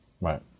Right